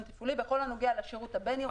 הטיפולי בכל הנוגע לשירות הבין-עירוני.